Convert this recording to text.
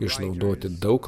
išnaudoti daug